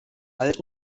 alt